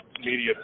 media